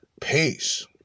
Peace